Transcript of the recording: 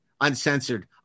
uncensored